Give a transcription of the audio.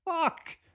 Fuck